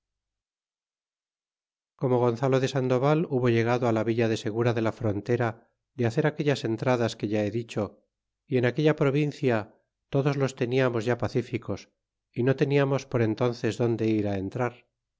como gonzalo de sandoval hubo llegado la villa de segura de la frontera de hacer aquellas entradas que ya he dicho y en aquella provincia todos los teniamos ya pacíficos y no tefiamos por entónces donde ir á entrar